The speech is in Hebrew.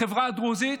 בחברה הדרוזית,